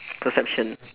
perception